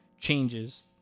changes